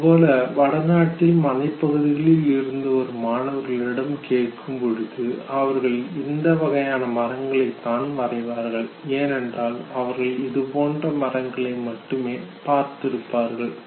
அதுபோல வடநாட்டில் மலைப்பகுதிகளில் இருந்து வரும் மாணவர்களிடம் கேட்கும்பொழுது அவர்கள் இந்த வகையான மரங்களை தான் வரைவார்கள் ஏனென்றால் அவர்கள் இதுபோன்ற மரங்களை மட்டுமே பார்த்திருப்பார்கள்